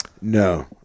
No